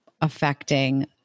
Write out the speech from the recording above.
affecting